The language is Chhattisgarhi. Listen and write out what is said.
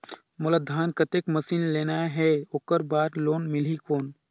मोला धान कतेक मशीन लेना हे ओकर बार लोन मिलही कौन?